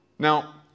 Now